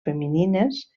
femenines